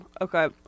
Okay